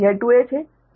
यह 2h है